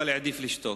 אבל העדיף לשתוק.